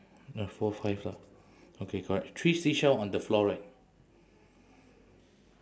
uh four five lah okay correct three seashell on the floor right